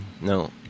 No